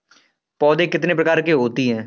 पौध कितने प्रकार की होती हैं?